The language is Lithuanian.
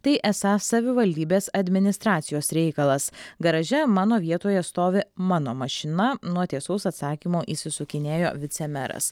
tai esą savivaldybės administracijos reikalas garaže mano vietoje stovi mano mašina nuo tiesaus atsakymo išsisukinėjo vicemeras